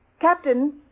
Captain